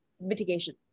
mitigation